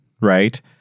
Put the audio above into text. right